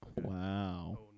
wow